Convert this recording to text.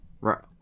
Right